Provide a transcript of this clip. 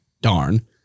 Darn